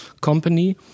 company